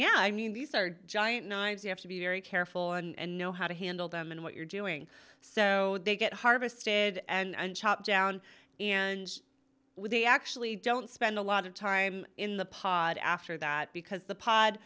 yeah i mean these are giant knives you have to be very careful and know how to handle them and what you're doing so they get harvested and chopped down and they actually don't spend a lot of time in the pod after that because the pod